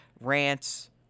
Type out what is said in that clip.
rants